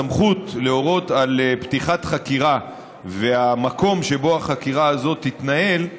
הסמכות להורות על פתיחת חקירה והמקום שבו החקירה הזאת תתנהל,